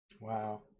wow